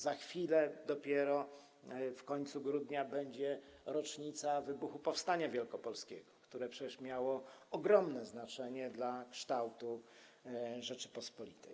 Za chwilę dopiero, na koniec grudnia, będzie rocznica wybuchu powstania wielkopolskiego, które przecież miało ogromne znaczenie dla kształtu Rzeczypospolitej.